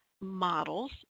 models